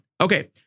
Okay